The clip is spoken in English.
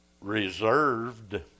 reserved